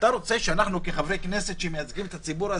אתה רוצה שאנו כחברי כנסת שמייצגים את הציבור הזה,